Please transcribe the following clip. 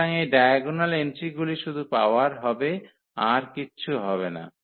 সুতরাং এই ডায়াগোনাল এন্ট্রিগুলি শুধু পাওয়ার হবে আর কিছু না